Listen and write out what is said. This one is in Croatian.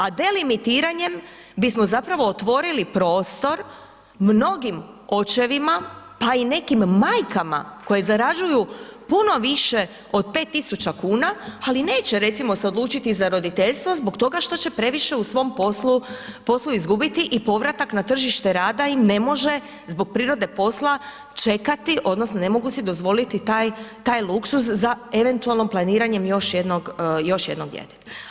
A delimiriranjem bismo zapravo otvorili prostor mnogim očevima, pa i nekim majkama koje zarađuju puno više od 5.000,00 kuna, ali neće recimo se odlučiti za roditeljstvo zbog toga što će previše u svom poslu, poslu izgubiti, i povratak na tržište rada im ne može zbog prirode posla čekati odnosno ne mogu si dozvoliti taj, taj luksuz za eventualnim planiranjem još jednog, još jednog djeteta.